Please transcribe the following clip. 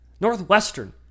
Northwestern